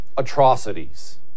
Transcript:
atrocities